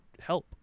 help